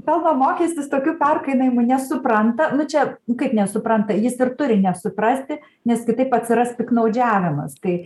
pelno mokestis tokiu perkainojimų nesupranta nu čia kaip nesupranta jis ir turi nesuprasti nes kitaip atsiras piktnaudžiavimas tai